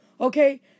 Okay